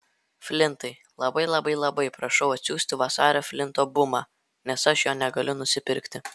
flintai labai labai labai prašau atsiųsti vasario flinto bumą nes aš jo negaliu nusipirkti